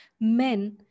men